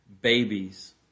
babies